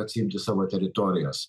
atsiimti savo teritorijas